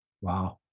Wow